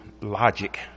Logic